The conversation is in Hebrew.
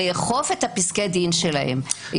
לאכוף את פסקי הדין שלהם.